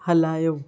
हलायो